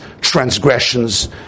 transgressions